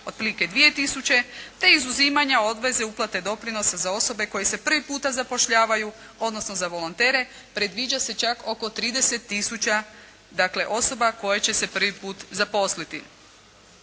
dvije tisuće te izuzimanje obveze uplate doprinosa za osobe koje se prvi puta zapošljavaju odnosno za volontere predviđa se čak oko 30 tisuća dakle osoba koje će se prvi put zaposliti.